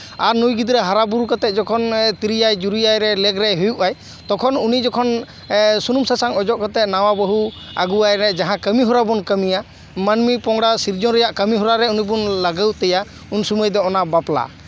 ᱟᱨ ᱱᱩᱭ ᱜᱤᱫᱽᱨᱟᱹ ᱦᱟᱨᱟ ᱵᱩᱨᱩ ᱠᱟᱛᱮᱜ ᱡᱚᱠᱷᱚᱱ ᱛᱤᱨᱤᱭᱟᱭ ᱡᱩᱨᱤᱭᱟᱭ ᱨᱮ ᱞᱮᱜᱽ ᱨᱮᱭ ᱦᱩᱭᱩᱜ ᱟᱭ ᱛᱚᱠᱷᱚᱱ ᱩᱱᱤ ᱡᱚᱠᱷᱚᱱ ᱮᱜ ᱥᱩᱱᱩᱢ ᱥᱟᱥᱟᱝ ᱚᱡᱚᱜ ᱠᱟᱛᱮᱜ ᱱᱟᱣᱟ ᱵᱟᱹᱦᱩ ᱟᱹᱜᱩᱣᱟᱭ ᱨᱮ ᱡᱟᱦᱟᱸ ᱠᱟᱹᱢᱤ ᱦᱚᱨᱟ ᱵᱚᱱ ᱠᱟᱹᱢᱤᱭᱟ ᱢᱟᱹᱱᱢᱤ ᱯᱚᱝᱲᱟ ᱥᱤᱨᱡᱚᱱ ᱨᱮᱭᱟᱜ ᱠᱟᱹᱢᱤ ᱦᱚᱨᱟ ᱨᱮ ᱩᱱᱤ ᱵᱚᱱ ᱞᱟᱜᱟᱛ ᱮᱭᱟ ᱩᱱ ᱥᱚᱢᱚᱭ ᱫᱚ ᱚᱱᱟ ᱵᱟᱯᱞᱟ